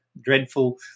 dreadful